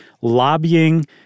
lobbying